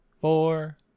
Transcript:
four